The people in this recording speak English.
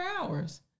hours